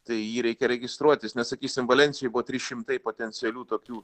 tai į jį reikia registruotis nes sakysim valensijoj buvo trys šimtai potencialių tokių